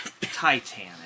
Titanic